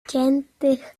ściętych